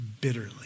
bitterly